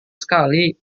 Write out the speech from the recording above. sekali